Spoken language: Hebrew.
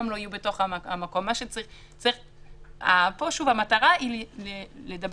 מה שבשליטתו הוא גם לחייב לבצע.